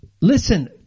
listen